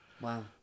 Wow